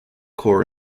core